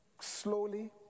slowly